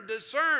discern